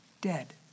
dead